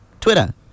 Twitter